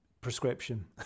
prescription